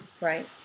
Right